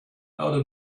out